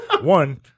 one